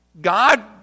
God